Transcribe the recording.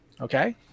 Okay